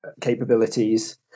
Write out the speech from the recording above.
capabilities